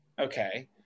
okay